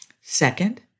Second